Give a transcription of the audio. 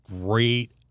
Great